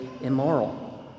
immoral